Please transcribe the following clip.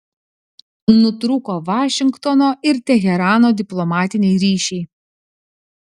nutrūko vašingtono ir teherano diplomatiniai ryšiai